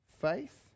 faith